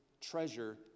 treasure